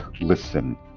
listen